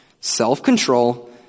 self-control